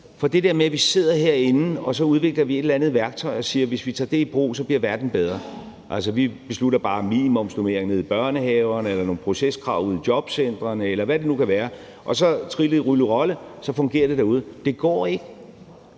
For det går ikke, at vi sidder herinde og udvikler et eller andet værktøj og så siger, at hvis vi tager det i brug, bliver verden bedre, altså at vi bare beslutter bare en minimumsnormering nede i børnehaverne, nogle proceskrav ude i jobcentrene, eller hvad det nu kan være, og – trylle rylle rolle! – så fungerer det derude. Det går ikke.